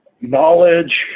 knowledge